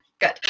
good